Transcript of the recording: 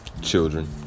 Children